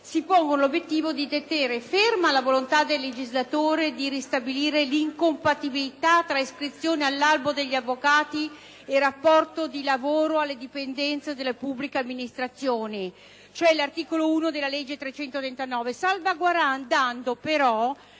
si pongono l'obiettivo di tenere ferma la volontà del legislatore di ristabilire l'incompatibilità tra iscrizione all'albo degli avvocati e rapporto di lavoro alle dipendenze della pubblica amministrazione, cioè l'articolo 1 della legge 25 novembre